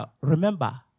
remember